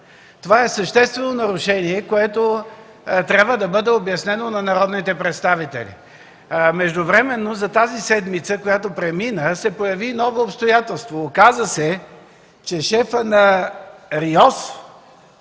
Това е съществено нарушение, което трябва да бъде обяснено на народните представители. Междувременно през седмицата, която премина, се появи ново обстоятелство. Оказа се, че шефът на РИОСВ